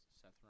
Seth